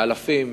באלפים,